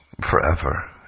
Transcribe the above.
forever